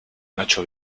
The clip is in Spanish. nacho